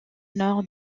nord